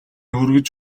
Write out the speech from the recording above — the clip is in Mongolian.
хүргэж